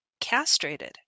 castrated